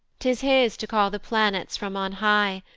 tis his to call the planets from on high,